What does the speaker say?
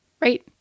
Right